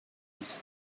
teeth